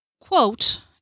quote